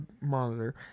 monitor